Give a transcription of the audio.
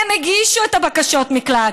הם הגישו את בקשות מקלט.